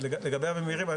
לגבי הממירים,